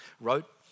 wrote